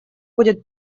будет